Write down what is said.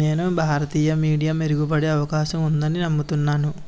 నేను భారతీయ మీడియా మెరుగుపడే అవకాశం ఉందని నమ్ముతున్నాను